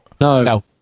No